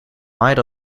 might